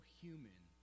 human